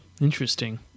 interesting